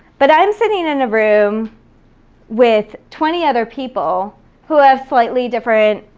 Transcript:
but i'm sitting in a room with twenty other people who have slightly different.